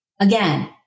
Again